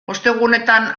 ostegunetan